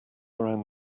around